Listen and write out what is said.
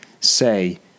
say